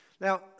Now